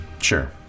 Sure